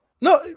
no